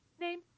name